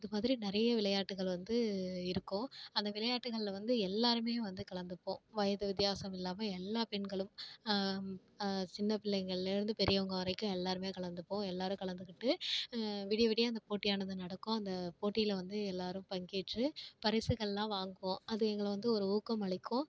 இது மாதிரி நிறைய விளையாட்டுகள் வந்து இருக்கும் அந்த விளையாட்டுகளில் வந்து எல்லோருமே வந்து கலந்துப்போம் வயது வித்தியாசம் இல்லாமல் எல்லாப் பெண்களும் சின்ன பிள்ளைங்கள்லேருந்து பெரியவங்க வரைக்கும் எல்லோருமே கலந்துப்போம் எல்லோரும் கலந்துக்கிட்டு விடிய விடிய அந்த போட்டியானது நடக்கும் அந்த போட்டியில் வந்து எல்லோரும் பங்கேற்று பரிசுகளெலாம் வாங்குவோம் அது எங்களை வந்து ஒரு ஊக்கம் அளிக்கும்